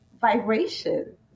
vibration